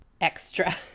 extra